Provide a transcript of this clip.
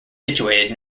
situated